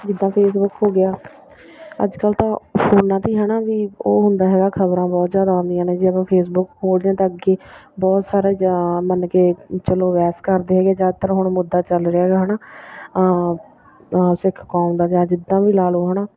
ਜਿੱਦਾਂ ਫੇਸਬੁੱਕ ਹੋ ਗਿਆ ਅੱਜ ਕੱਲ੍ਹ ਤਾਂ ਫੋਨਾਂ 'ਤੇ ਹੀ ਹੈ ਨਾ ਵੀ ਉਹ ਹੁੰਦਾ ਹੈਗਾ ਖਬਰਾਂ ਬਹੁਤ ਜ਼ਿਆਦਾ ਆਉਂਦੀਆਂ ਨੇ ਜੇ ਆਪਾਂ ਫੇਸਬੁੱਕ ਖੋਲ੍ਹਦੇ ਹਾਂ ਤਾਂ ਅੱਗੇ ਬਹੁਤ ਸਾਰੇ ਜਾਂ ਮੰਨ ਕੇ ਚਲੋ ਬਹਿਸ ਕਰਦੇ ਹੈਗੇ ਜ਼ਿਆਦਾਤਰ ਹੁਣ ਮੁੱਦਾ ਚੱਲ ਰਿਹਾ ਹੈਗਾ ਹੈ ਨਾ ਸਿੱਖ ਕੌਮ ਦਾ ਜਾਂ ਜਿੱਦਾਂ ਵੀ ਲਾ ਲਓ ਹੈ ਨਾ